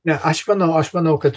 ne aš manau aš manau kad